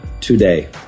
today